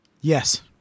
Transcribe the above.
Yes